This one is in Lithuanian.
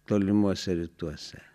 tolimuose rytuose